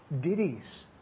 ditties